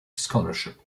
scholarship